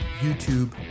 YouTube